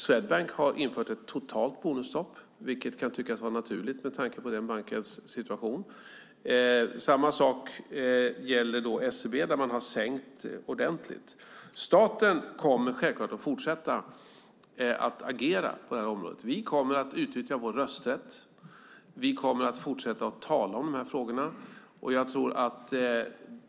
Swedbank har infört ett totalt bonusstopp, vilket kan tyckas vara naturligt med tanke på den bankens situation. Samma sak gäller SEB där man har sänkt ordentligt. Staten kommer självklart att fortsätta agera på det här området. Vi kommer att utnyttja vår rösträtt. Vi kommer att fortsätta tala om de här frågorna.